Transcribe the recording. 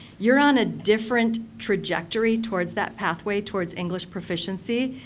you're on a different trajectory towards that pathway, towards english proficiency.